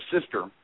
sister